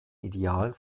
idealen